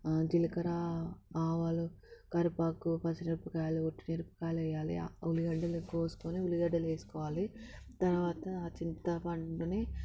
జిలకర ఆవాలు కరివేపాకు పచ్చిమిరపకాయలు ఒట్టి మిరపకాయలు వేయాలి ఉల్లిగడ్డలు కోసుకుని ఉల్లిగడ్డలు వేసుకోవాలి తర్వాత చింతపండుని